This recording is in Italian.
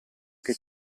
che